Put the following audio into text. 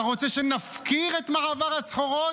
אתה רוצה שנפקיר את מעבר הסחורות?